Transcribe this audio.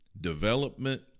development